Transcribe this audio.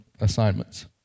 assignments